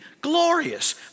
glorious